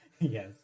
Yes